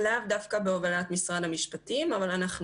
לאו דווקא בהובלת משרד המשפטים אבל אנחנו